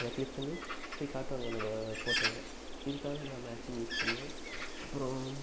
அதில் க்ளிக் பண்ணி போய் காட்டுவாங்க என்னோடய ஃபோட்டோவை இதுக்காக நான் மேக்சிமம் யூஸ் பண்ணுவேன் அப்பறம்